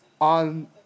on